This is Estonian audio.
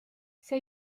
see